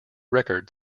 record